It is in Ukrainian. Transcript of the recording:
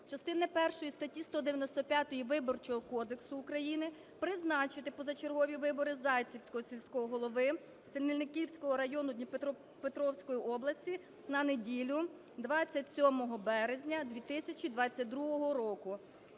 частини першої статті 195 Виборчого кодексу України, призначити позачергові вибори Зайцівського сільського голови Синельниківського району Дніпропетровської області на неділю 27 березня 2022 року,